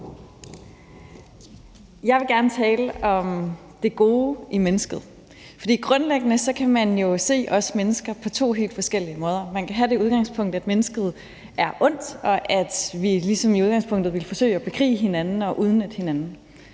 Jeg vil gerne tale om det gode i mennesket. For grundlæggende kan man jo se os mennesker på to helt forskellige måder. Man kan have det udgangspunkt, at mennesket er ondt, og at vi ligesom i udgangspunktet vil forsøge at bekrige hinanden og udnytte hinanden,